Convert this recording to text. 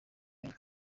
menyo